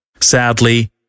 Sadly